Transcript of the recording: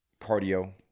cardio